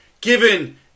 given